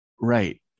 right